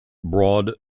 broad